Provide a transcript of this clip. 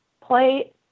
play